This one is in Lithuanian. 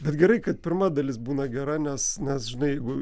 bet gerai kad pirma dalis būna gera nes nes žinai jeigu